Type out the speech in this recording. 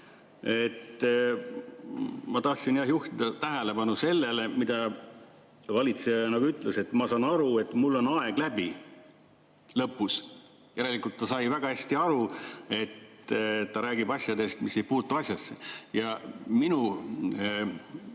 Ma tahtsin juhtida tähelepanu sellele, mida valitseja ütles lõpus: ma saan aru, et mul on aeg läbi. Järelikult ta sai väga hästi aru, et ta räägib asjadest, mis ei puutu asjasse. Ja minu